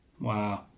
Wow